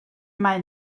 mae